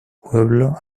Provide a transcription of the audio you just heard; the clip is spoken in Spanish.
pueblo